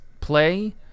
play